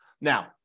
Now